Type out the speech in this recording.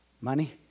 Money